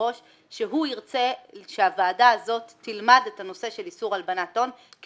היושב-ראש שהוא ירצה שהוועדה הזאת תלמד את הנושא של איסור הלבנת הון כי